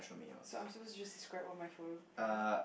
so I'm just supposed to just describe what my photo have